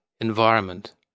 environment